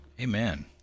Amen